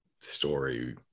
story